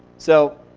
so,